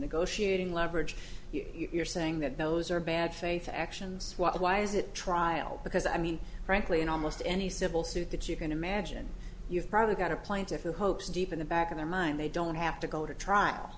negotiating leverage you're saying that those are bad faith actions why is it trial because i mean frankly in almost any civil suit that you can imagine you've probably got a plentiful hopes deep in the back of their mind they don't have to go to trial